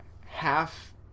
half